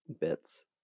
bits